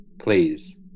Please